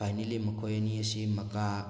finally ꯃꯈꯣꯏ ꯑꯅꯤ ꯑꯁꯤ ꯃꯀꯥ